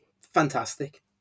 fantastic